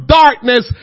darkness